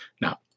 Now